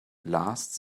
lasts